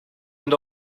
end